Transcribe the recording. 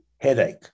headache